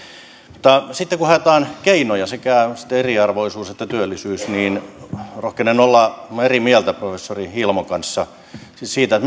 mutta sitten kun haetaan keinoja sekä eriarvoisuuteen että työllisyyteen niin rohkenen olla eri mieltä professori hiilamon kanssa siis siitä